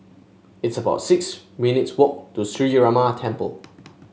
it's about six minutes' walk to Sree Ramar Temple